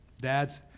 Dads